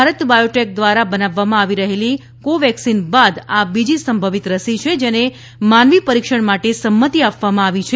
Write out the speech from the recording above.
Bharat Biotech દ્વારા બનાવવામાં આવી રહેલી કોવેક્સિન બાદ આ બીજી સંભવિત રસી છે જેને માનવી પરીક્ષણ માટે સંમતિ આપવામાં આવી છે